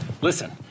listen